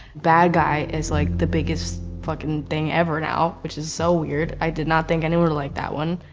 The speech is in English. bad guy is like, the biggest fucking thing ever now, which is so weird. i did not think anyone would like that one.